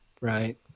right